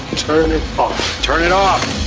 turn and turn it off.